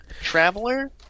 Traveler